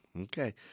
Okay